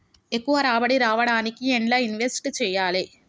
ఎక్కువ రాబడి రావడానికి ఎండ్ల ఇన్వెస్ట్ చేయాలే?